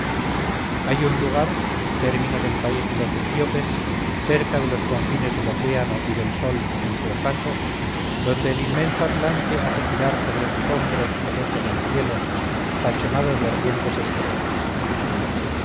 hay un lugar término del país de los etíopes cerca de los confines del océano y del sol en so ocaso donde el inmenso atlante hace girar sobre sus hombros el eje del cielo tachonado de ardientes estrellas